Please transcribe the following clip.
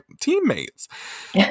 teammates